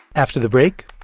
after the break,